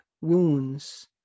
wounds